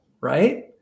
right